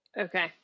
Okay